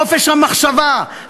חופש המחשבה,